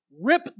rip